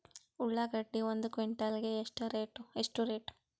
ಉಳ್ಳಾಗಡ್ಡಿ ಒಂದು ಕ್ವಿಂಟಾಲ್ ಗೆ ಎಷ್ಟು ರೇಟು?